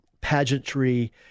pageantry